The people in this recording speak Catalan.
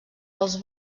els